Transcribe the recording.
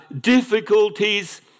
difficulties